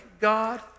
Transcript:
God